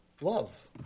love